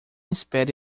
espere